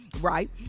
Right